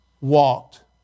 walked